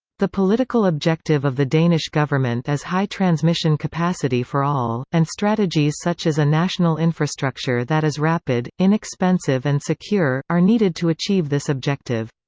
the political objective of the danish government is high transmission capacity for all, and strategies such as a national infrastructure that is rapid, inexpensive and secure, are needed to achieve this objective.